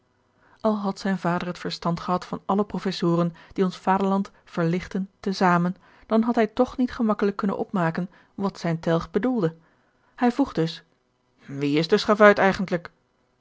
al had zijn vader het verstand gehad van alle professoren die ons vaderland verlichten te zamen dan had hij toch niet gemakkelijk kunnen opmaken wat zijn telg bedoelde hij vroeg dus wie is de schavuit eigentlijk